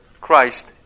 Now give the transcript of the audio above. Christ